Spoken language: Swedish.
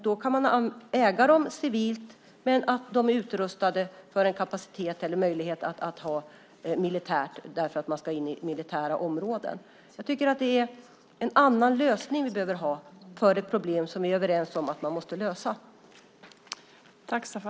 Då kan man äga dem civilt samtidigt som de är utrustade för att användas militärt därför att man ska in i militära områden. Jag tycker att vi behöver en annan lösning för ett problem som vi är överens om att man måste lösa.